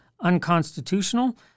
unconstitutional